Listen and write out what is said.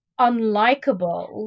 unlikable